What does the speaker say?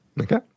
Okay